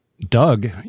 Doug